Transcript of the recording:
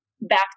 back